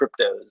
cryptos